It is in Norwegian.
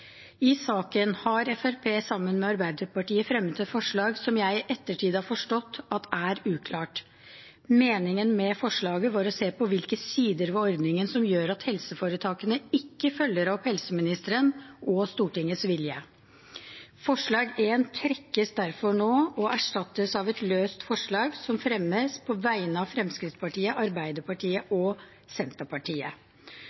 I saken har Fremskrittspartiet sammen med Arbeiderpartiet fremmet et forslag, som jeg i ettertid har forstått er uklart. Meningen med forslaget var å se på hvilke sider ved ordningen som gjør at helseforetakene ikke følger opp helseministeren og Stortingets vilje. Forslag nr. 1 trekkes derfor og erstattes av et løst forslag, som fremmes på vegne av Fremskrittspartiet, Arbeiderpartiet